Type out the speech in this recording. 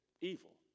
evil